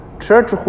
church